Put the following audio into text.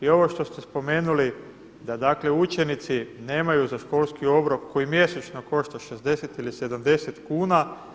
I ovo što ste spomenuli da dakle učenici nemaju za školski obrok koji mjesečno košta 60 ili 70 kuna.